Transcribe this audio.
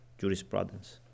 jurisprudence